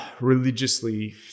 religiously